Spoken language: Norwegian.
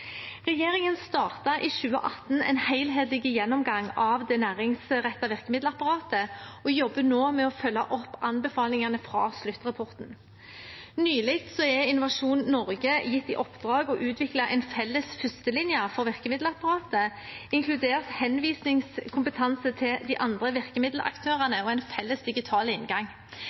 Regjeringen startet i 2018 en helhetlig gjennomgang av det næringsrettede virkemiddelapparatet og jobber nå med å følge opp anbefalingene fra sluttrapporten. Nylig er Innovasjon Norge gitt i oppdrag å utvikle en felles førstelinje for virkemiddelapparatet, inkludert henvisningskompetanse til de andre virkemiddelaktørene og en felles digital inngang.